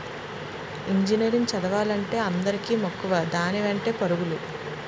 engineering చదువులంటే అందరికీ మక్కువ దాని వెంటే పరుగులు